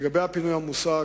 לגבי הפינוי המוסק,